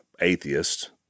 atheist